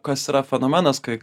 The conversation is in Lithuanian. kas yra fenomenas kai